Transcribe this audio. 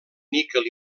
níquel